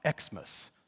Xmas